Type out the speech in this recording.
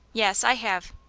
yes, i have.